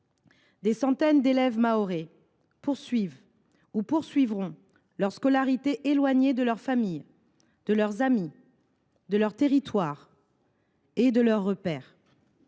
Des centaines d’élèves mahorais poursuivent ou poursuivront leur scolarité en étant éloignés de leurs familles, de leurs amis, de leurs territoires et de leurs repères,